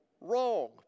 wrong